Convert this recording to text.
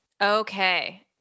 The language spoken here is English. Okay